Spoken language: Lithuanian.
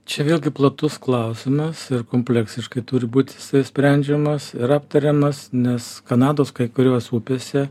čia vėlgi platus klausimas ir kompleksiškai turi būt jisai sprendžiamas ir aptariamas nes kanados kai kurios upėse